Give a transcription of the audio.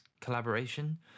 collaboration